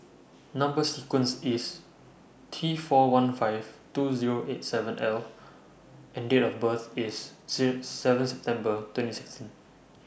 Number sequence IS T four one five two Zero eight seven L and Date of birth IS seven September twenty sixteen